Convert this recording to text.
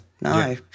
No